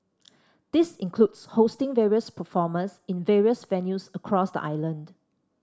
this includes hosting various performers in various venues across the island